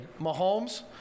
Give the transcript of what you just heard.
Mahomes